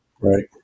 Right